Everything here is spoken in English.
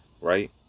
Right